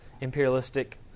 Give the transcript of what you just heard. imperialistic